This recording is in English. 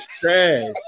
trash